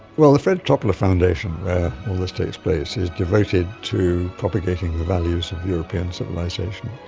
well, the fred toppler foundation where all this takes place is devoted to propagating the values of european civilisation,